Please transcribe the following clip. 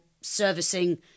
servicing